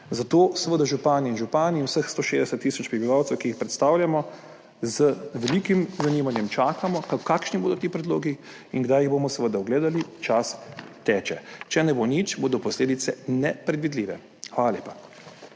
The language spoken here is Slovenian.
Zato seveda župani in vseh 160 tisoč prebivalcev, ki jih predstavljamo, z velikim zanimanjem čakamo, kakšni bodo ti predlogi in kdaj jih bomo seveda ugledali. Čas teče. Če ne bo nič, bodo posledice nepredvidljive. Hvala lepa.